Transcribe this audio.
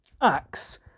Acts